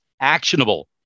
actionable